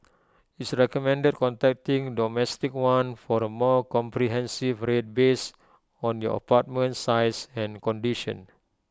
it's recommended contacting domestic one for A more comprehensive rate based on your apartment size and condition